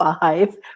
five